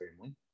family